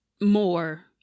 more